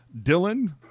Dylan